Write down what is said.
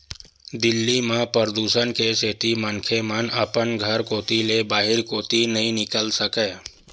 दिल्ली म परदूसन के सेती मनखे मन अपन घर कोती ले बाहिर कोती नइ निकल सकय